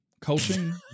Coaching